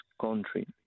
country